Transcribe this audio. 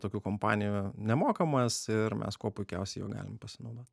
tokių kompanijų nemokamas ir mes kuo puikiausiai juo galim pasinaudot